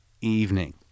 evening